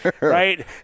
Right